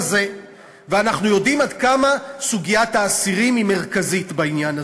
ואנחנו יודעים עד כמה סוגיית האסירים היא מרכזית בעניין הזה.